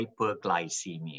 hyperglycemia